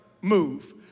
move